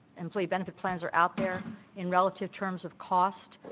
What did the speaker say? employee benefit plans are out there in relative terms of cost.